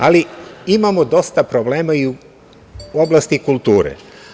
Ali, imamo dosta problema i u oblasti kulture.